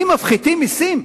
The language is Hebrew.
אם מפחיתים מסים,